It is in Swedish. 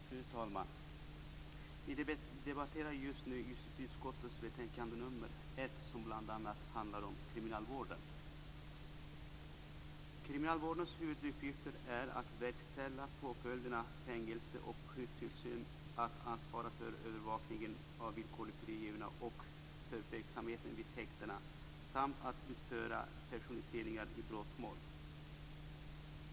Fru talman! Vi debatterar nu justitieutskottets betänkande nr 1, som bl.a. handlar om kriminalvården. Kriminalvårdens huvuduppgifter är att verkställa påföljderna fängelse och skyddstillsyn, att ansvara för övervakningen av villkorligt frigivna och för verksamheten vid häktena samt att utföra personutredningar i brottmål.